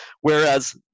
Whereas